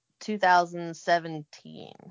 2017